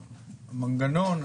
המנגנון,